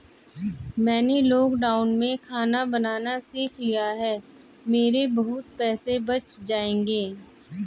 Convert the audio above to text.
मैंने लॉकडाउन में खाना बनाना सीख लिया है, मेरे बहुत पैसे बच जाएंगे